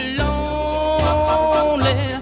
lonely